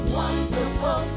wonderful